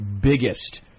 biggest